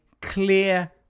clear